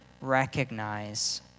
recognize